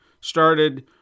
Started